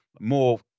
more